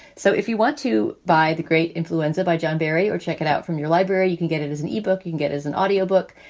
so if you want to buy the great influenza by john barry or check it out from your library, you can get it as an e-book and get as an audio book.